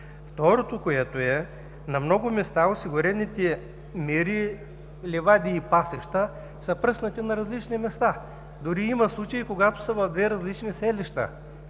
Второто, което е: на много места осигурените мери, ливади и пасища са пръснати на различни места. Дори има случаи, когато са в две различни селища.